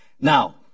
Now